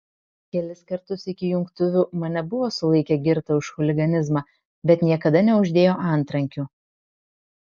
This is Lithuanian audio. kelis kartus iki jungtuvių mane buvo sulaikę girtą už chuliganizmą bet niekada neuždėjo antrankių